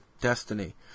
destiny